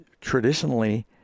traditionally